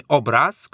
obraz